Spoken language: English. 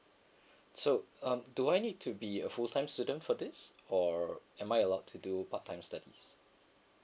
so um do I need to be a full time student for this or am I allowed to do part time studies